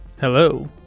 Hello